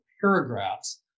paragraphs